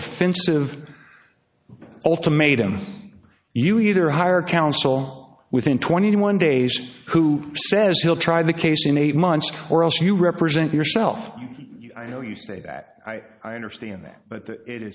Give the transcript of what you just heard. offensive ultimatums you either hire counsel within twenty one days who says he'll try the case in eight months or else you represent yourself i know you say that i understand that but it